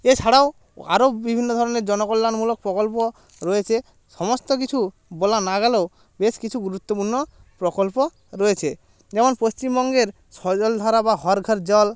এছাড়াও আরো বিভিন্ন ধরনের জনকল্যাণমূলক প্রকল্প রয়েছে সমস্ত কিছু বলা না গেলেও বেশ কিছু গুরুত্বপূর্ণ প্রকল্প রয়েছে যেমন পশ্চিমবঙ্গের সজল ধারা বা হর ঘার জল